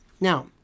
Now